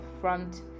front